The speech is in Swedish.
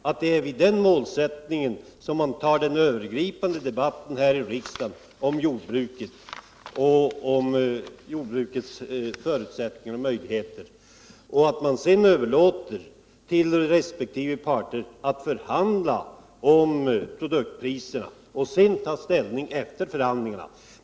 Jag trodde också att det var då som man här i riksdagen förde den övergripande debatten om jordbrukets förutsättningar och möjligheter för att sedan överlåta till resp. parter att förhandla om produktpriserna.